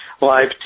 live